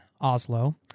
Oslo